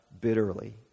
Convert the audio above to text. bitterly